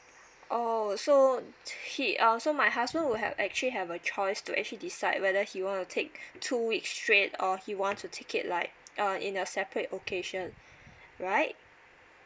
oh so he um so my husband will have actually have a choice to actually decide whether he want to take two weeks straight or he want to take it like uh in a separate occasion right